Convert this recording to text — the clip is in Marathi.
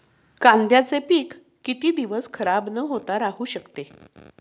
कांद्याचे पीक किती दिवस खराब न होता राहू शकते?